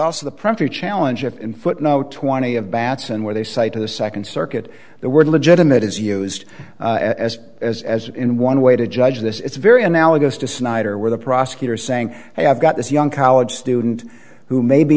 also the primary challenge in footnote twenty of bats and where they say to the second circuit the word legitimate is used as as as in one way to judge this it's very analogous to snyder where the prosecutor is saying i've got this young college student who may be